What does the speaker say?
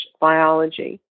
biology